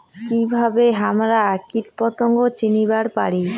কিভাবে হামরা কীটপতঙ্গ চিনিবার পারি?